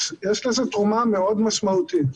יש לזה תרומה מאוד משמעותית.